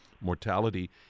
mortality